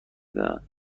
دهند